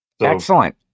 Excellent